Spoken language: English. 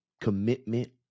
commitment